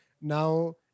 Now